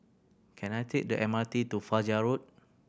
can I take the M R T to Fajar Road